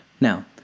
Now